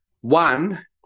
one